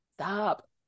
stop